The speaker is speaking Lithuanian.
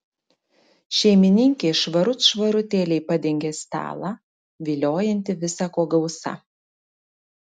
šeimininkė švarut švarutėliai padengė stalą viliojantį visa ko gausa